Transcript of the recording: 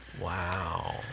Wow